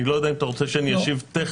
אני לא יודע אם אתה רוצה שאני אשיב טכנית